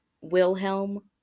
Wilhelm